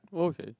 oh okay